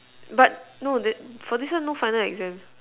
but no that this one no final exam